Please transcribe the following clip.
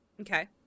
okay